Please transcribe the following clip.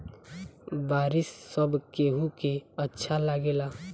बारिश सब केहू के अच्छा लागेला